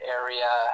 area